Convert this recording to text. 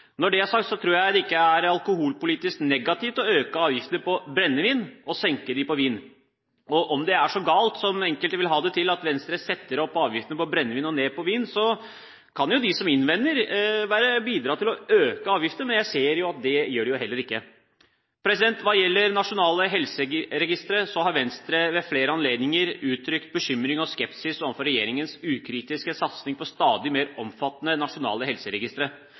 Når det er sagt, tror jeg ikke det er alkoholpolitisk negativt å øke avgiftene på brennevin og senke dem på vin. Om det er så galt som enkelte vil ha det til at Venstre setter opp avgiftene på brennevin og ned på vin, kan jo de som har innvendinger bidra til å øke avgiftene. Men jeg ser at det gjør de heller ikke. Når det gjelder nasjonale helseregistre, har Venstre ved flere anledninger uttrykt bekymring og skepsis overfor regjeringens ukritiske satsing på stadig mer omfattende nasjonale helseregistre.